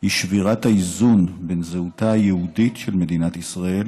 היא שבירת האיזון בין זהותה היהודית של מדינת ישראל